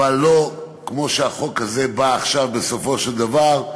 אבל לא כמו שהחוק הזה בא עכשיו, בסופו של דבר,